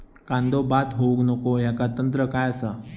कांदो बाद होऊक नको ह्याका तंत्र काय असा?